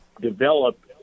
develop